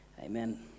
Amen